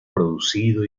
producido